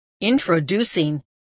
Introducing